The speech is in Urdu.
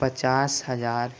پچاس ہجار